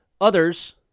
Others